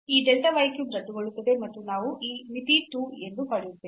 ಈ delta y cube ರದ್ದುಗೊಳ್ಳುತ್ತದೆ ಮತ್ತು ನಾವು ಈ ಮಿತಿ 2 ಎಂದು ಪಡೆಯುತ್ತೇವೆ